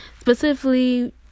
Specifically